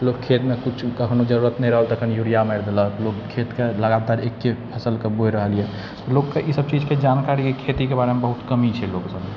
लोक खेतमे किछु कखनो जरूरत नहि रहल तखन यूरिआ मारि देलक लोक खेतके लगातार एके फसलके बोइ रहल यऽ लोककेँ ई सभ चीजके जानकारी खेतीके बारेमे बहुत कमी छै लोक सभमे